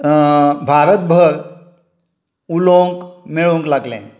भारत भर उलोवंक मेळूंक लागलें